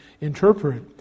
interpret